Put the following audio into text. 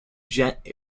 jet